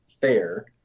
fair